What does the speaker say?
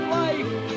life